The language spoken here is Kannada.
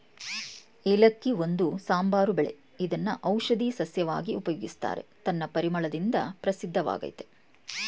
ಏಲಕ್ಕಿ ಒಂದು ಸಾಂಬಾರು ಬೆಳೆ ಇದ್ನ ಔಷಧೀ ಸಸ್ಯವಾಗಿ ಉಪಯೋಗಿಸ್ತಾರೆ ತನ್ನ ಪರಿಮಳದಿಂದ ಪ್ರಸಿದ್ಧವಾಗಯ್ತೆ